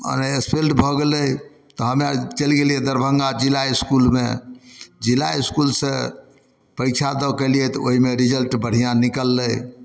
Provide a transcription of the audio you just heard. मने एक्सपेल्ड भऽ गेलै तऽ हमे चलि गेलियै दरभङ्गा जिला इसकुलमे जिला इसकुलसँ परीक्षा दऽ कऽ एलियै तऽ ओहिमे रिजल्ट बढ़िऑं निकललै